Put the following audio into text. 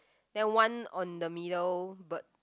then one on the middle bird